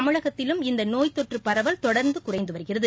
தமிழகத்திலும் இந்த நோய் தொற்று பரவல் தொர்ந்து குறைந்து வருகிறது